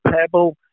Pebble